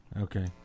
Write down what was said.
Okay